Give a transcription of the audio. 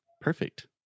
Perfect